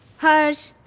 harsh!